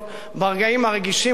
ברגעים הרגישים כל כך,